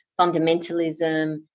fundamentalism